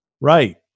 Right